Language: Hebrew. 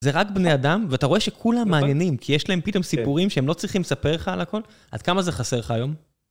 זה רק בני אדם, ואתה רואה שכולם מעניינים, כי יש להם פתאום סיפורים שהם לא צריכים לספר לך על הכל, אז כמה זה חסר לך היום?